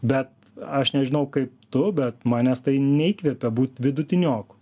bet aš nežinau kaip tu bet manęs tai neįkvepia būti vidutinioku